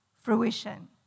fruition